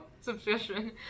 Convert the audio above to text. subscription